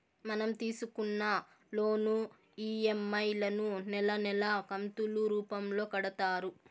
మనం తీసుకున్న loan EMI లను నెలా నెలా కంతులు రూపంలో కడతారు